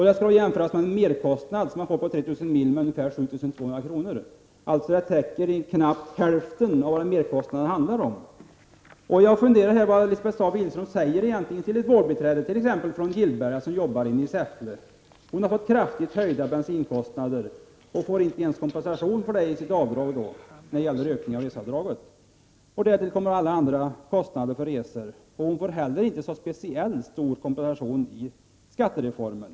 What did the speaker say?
Det skall jämföras med den merkostnad på ungefär 7 200 kr. som man får vid 3 000 mils körning. Alltså täcker det knappt hälften av vad merkostnaden handlar om. Jag funderar på vad Lisbeth Staaf-Igelström egentligen säger till exempelvis ett vårdbiträde i Gillberga som arbetar inne i Säffle. Hon har fått kraftigt höjda bensinkostnader och får inte ens kompensation för det i sitt avdrag. Därtill kommer alla andra kostnader för resor. Hon får inte heller speciellt stor kompensation i skattereformen.